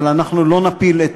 אבל אנחנו לא נפיל את